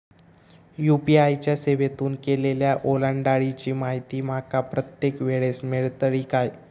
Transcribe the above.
UPI च्या सेवेतून केलेल्या ओलांडाळीची माहिती माका प्रत्येक वेळेस मेलतळी काय?